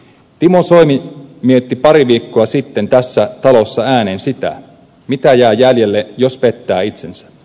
timo soini mietti pari viikkoa sitten tässä talossa ääneen sitä mitä jää jäljelle jos pettää itsensä